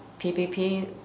PPP